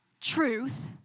truth